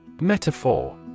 METAPHOR